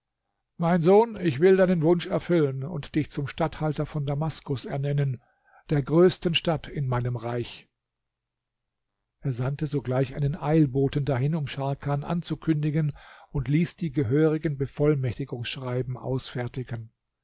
mein sohn ich will deinen wunsch erfüllen und dich zum statthalter von damaskus ernennen der größten stadt in meinem reich er sandte sogleich einen eilboten dahin um scharkan anzukündigen und ließ die gehörigen bevollmächtigungsschreiben ausfertigen